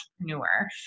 entrepreneur